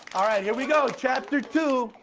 all right here we go chapter two.